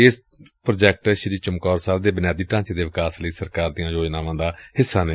ਇਹ ਪ੍ਰੋਜੈਕਟ ਸ੍ੀ ਚਮਕੌਰ ਸਾਹਿਬ ਦੇ ਬੁਨਿਆਦੀ ਢਾਂਚੇ ਦੇ ਵਿਕਾਸ ਲਈ ਸਰਕਾਰ ਦੀਆਂ ਯੋਜਨਾਵਾਂ ਦਾ ਹਿੱਸਾ ਨੇ